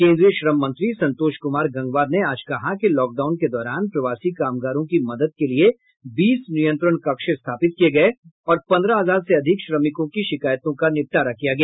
केन्द्रीय श्रम मंत्री संतोष कुमार गंगवार ने आज कहा कि लॉकडाउन के दौरान प्रवासी कामगारों की मदद के लिये बीस नियंत्रण कक्ष स्थापित किये गये और पंद्रह हजार से अधिक श्रमिकों की शिकायतों का निपटारा किया गया